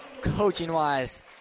coaching-wise